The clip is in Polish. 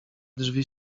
drzwi